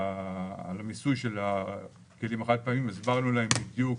לגבי המיסוי על הכלים החד-פעמיים והסברנו להם בדיוק